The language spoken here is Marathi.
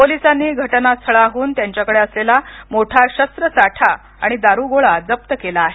पोलिसांनी घटनास्थळाहून त्यांच्याकडे असलेला मोठा शस्त्र साठा आणि दारुगोळा जप्त केला आहे